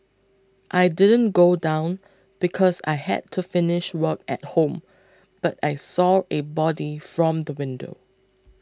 I didn't go down because I had to finish work at home but I saw a body from the window